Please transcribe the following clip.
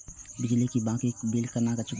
बिजली की बाकी बील केना चूकेबे?